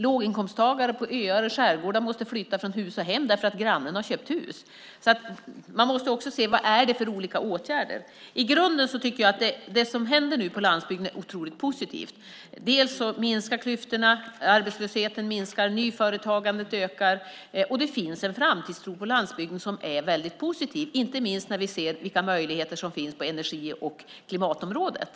Låginkomsttagare på öar och i skärgårdar måste flytta från hus och hem därför att grannen har sålt sitt hus. Man måste också se vilka olika åtgärder det är fråga om. I grunden tycker jag att det som nu händer på landsbygden är otroligt positivt. Klyftorna minskar. Arbetslösheten minskar. Nyföretagandet ökar. Det finns en framtidstro på landsbygden som är väldigt positiv, inte minst när vi ser vilka möjligheter som finns på energi och klimatområdet.